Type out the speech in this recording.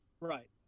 Right